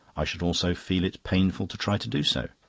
i should also feel it painful to try to do so.